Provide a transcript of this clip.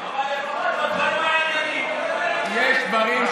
אבל לפחות בדברים העיקריים אני מצפה שכן.